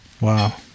Wow